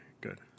good